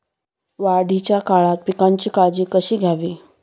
वाढीच्या काळात पिकांची काळजी कशी घ्यावी?